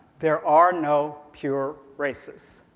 there are no pure races.